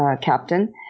captain